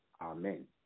amen